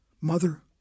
Mother